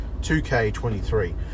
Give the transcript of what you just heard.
2k23